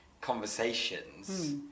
conversations